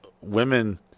women